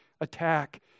attack